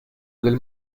del